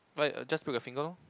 fine just break your finger loh